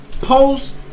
post